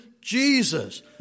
Jesus